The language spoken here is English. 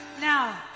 now